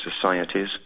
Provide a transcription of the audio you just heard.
societies